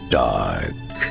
dark